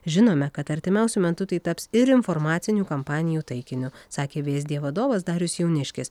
žinome kad artimiausiu metu tai taps ir informacinių kampanijų taikiniu sakė vsd vadovas darius jauniškis